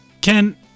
Ken